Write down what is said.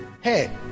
hey